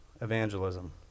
evangelism